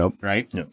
right